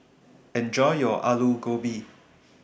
Enjoy your Alu Gobi